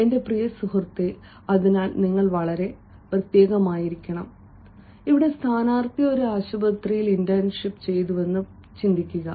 എന്റെ പ്രിയ സുഹൃത്തേ അതിനാൽ നിങ്ങൾ വളരെ പ്രത്യേകമായിരിക്കണം ഇവിടെ സ്ഥാനാർത്ഥി ഒരു ആശുപത്രിയിൽ ഇന്റേൺഷിപ്പ് ചെയ്തുവെന്ന് പറയുക